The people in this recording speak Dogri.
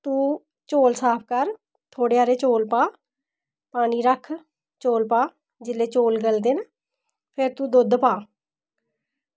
तू चौल साफ कर थोह्ड़े हारे चौल पा पानी रक्ख चौल पा ते जेल्लै चौल गलदे न फिर तू दुद्ध पा